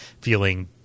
feeling